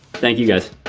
thank you, guys